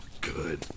Good